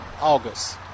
August